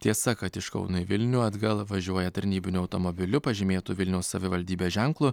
tiesa kad iš kauno į vilnių atgal važiuoja tarnybiniu automobiliu pažymėtu vilniaus savivaldybės ženklu